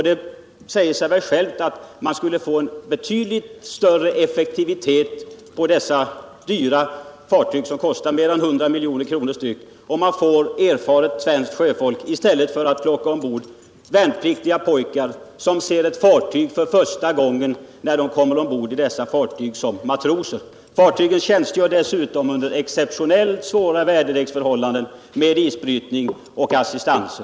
Det säger sig väl självt att man skulle få en betydligt större effektivitet på dessa dyra fartyg, som kostar mer än 100 milj.kr. per styck, genom att använda erfaret svenskt sjöfolk i stället för att plocka ombord värnpliktiga pojkar, som ser ett fartyg för första gången när de kommer ombord på fartygen som matroser. Fartygen tjänstgör dessutom under exceptionellt svåra väderleksförhållanden med isbrytning och assistanser.